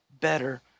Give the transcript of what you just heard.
better